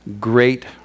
great